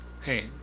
Hey